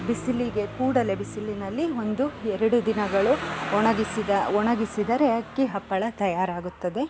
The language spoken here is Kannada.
ಬಿಸಿಲಿಗೆ ಕೂಡಲೇ ಬಿಸಿಲಿನಲ್ಲಿ ಒಂದು ಎರಡು ದಿನಗಳು ಒಣಗಿಸಿದ ಒಣಗಿಸಿದರೆ ಅಕ್ಕಿ ಹಪ್ಪಳ ತಯಾರಾಗುತ್ತದೆ